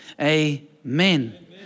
amen